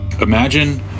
Imagine